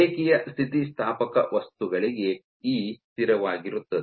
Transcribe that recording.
ರೇಖೀಯ ಸ್ಥಿತಿಸ್ಥಾಪಕ ವಸ್ತುಗಳಿಗೆ ಇ ಸ್ಥಿರವಾಗಿರುತ್ತದೆ